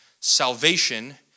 Salvation